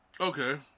Okay